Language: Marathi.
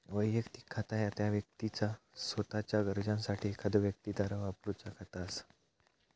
वैयक्तिक खाता ह्या त्या व्यक्तीचा सोताच्यो गरजांसाठी एखाद्यो व्यक्तीद्वारा वापरूचा खाता असा